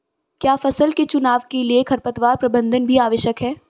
क्या फसल के चुनाव के लिए खरपतवार प्रबंधन भी आवश्यक है?